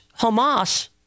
Hamas